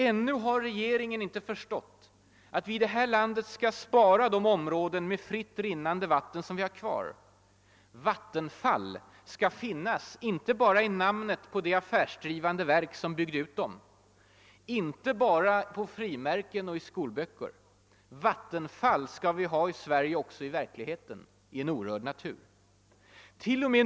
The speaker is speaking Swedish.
Ännu har regeringen inte förstått att vi i det här landet bör spara de områden med fritt rinnande vatten som vi har kvar — vattenfall skall finnas, inte bara i namnet på det affärsdrivande verk som byggde ut dem, inte bara på frimärken och i skolböcker; vattenfall skall vi ha i Sverige också i verkligheten, i en orörd natur. T. o.m.